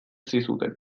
zizuten